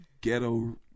ghetto